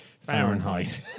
Fahrenheit